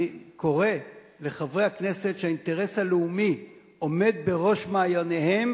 אני קורא לחברי הכנסת שהאינטרס הלאומי עומד בראש מעייניהם